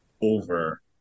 over